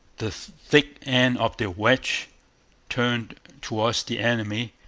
the thick end of the wedge turned towards the enemy,